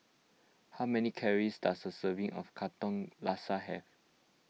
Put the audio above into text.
how many calories does a serving of Katong Laksa have